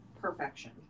perfection